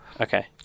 Okay